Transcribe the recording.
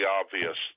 obvious